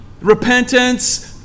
repentance